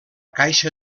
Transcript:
caixa